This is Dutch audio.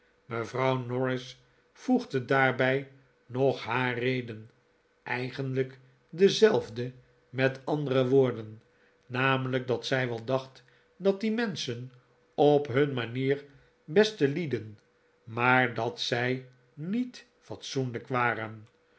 mevrouw norris voegde daarbij nog haar reden eigenlijk dezelfde met andere woorden namelijk dat zij wel dacht dat die menschen op hun manier beste lieden maar dat zij niet fatsoenlijk waren